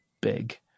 big